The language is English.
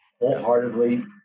wholeheartedly